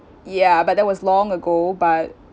ya but that was long ago but